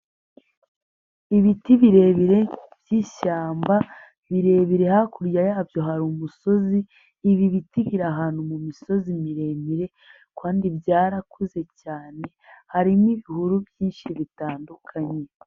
Ibiti birebire by'ishyamba birebire hakurya yabyo hari umusozi, ibi biti biri ahantu mu misozi miremire kandi byarakuze cyane, harimo ibihuru byinshi bitandukanye.